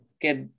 get